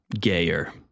gayer